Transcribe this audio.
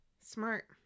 smart